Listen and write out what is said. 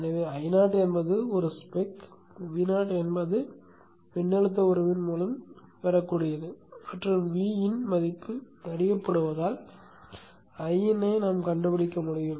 எனவே Io என்பது ஒரு ஸ்பெக் Vo என்பது மின்னழுத்த உறவின் மூலம் பெறக்கூடியது மற்றும் Vin மதிப்பு அறியப்படுவதால் Iin ஐ கண்டுபிடிக்க முடியும்